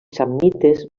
samnites